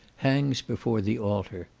hangs before the altar.